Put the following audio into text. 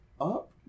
up